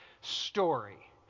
story